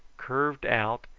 curved out,